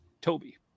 Toby